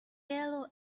yellow